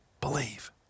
Believe